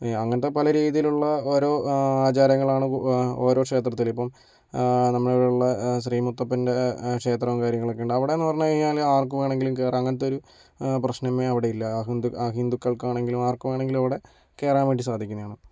അങ്ങനത്തെ പല രീതിയിലുള്ള ഓരോ ആചാരങ്ങളാണ് ഓരോ ക്ഷേത്രത്തില് ഇപ്പം നമ്മുടെ ഇവിടുള്ള ശ്രീ മുത്തപ്പൻ്റെ ക്ഷേത്രവും കാര്യങ്ങളൊണ്ട് അവിടേന്ന് പറഞ്ഞ് കഴിഞ്ഞാല് ആർക്കും വേണങ്കിലും കയറാം അങ്ങനത്തെ ഒരു പ്രശ്നമേ അവിടെ ഇല്ല അഹിന്ദു അഹിന്ദുക്കൾക്കാണങ്കിലും ആർക്ക് വേണങ്കിലും അവിടെ കയറാൻ വേണ്ടി സാധിക്കുന്നയാണ്